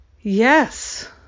Yes